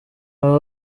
baba